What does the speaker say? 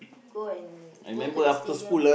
go and go to the stadium